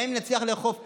גם אם נצליח לאכוף 60%,